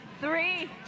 three